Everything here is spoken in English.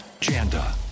Janda